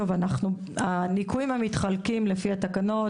טוב, אנחנו, הניכויים מתחלקים לפי התקנות.